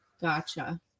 Gotcha